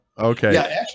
Okay